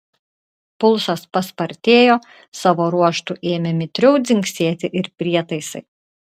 pulsas paspartėjo savo ruožtu ėmė mitriau dzingsėti ir prietaisai